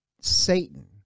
Satan